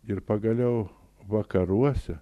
ir pagaliau vakaruose